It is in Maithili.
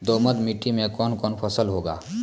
दोमट मिट्टी मे कौन कौन फसल होगा?